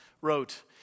wrote